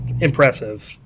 impressive